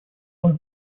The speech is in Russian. роль